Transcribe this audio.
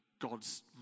god's